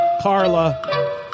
Carla